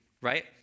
right